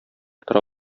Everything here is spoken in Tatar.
тора